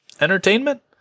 Entertainment